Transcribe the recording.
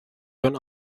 چون